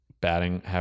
batting